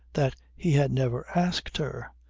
that he had never asked her!